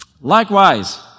Likewise